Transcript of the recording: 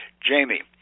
Jamie